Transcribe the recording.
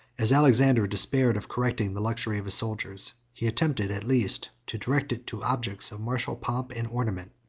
as alexander despaired of correcting the luxury of his soldiers, he attempted, at least, to direct it to objects of martial pomp and ornament,